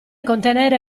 contenere